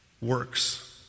works